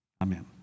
Amen